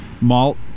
malt